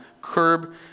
curb